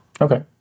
Okay